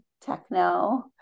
techno